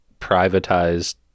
privatized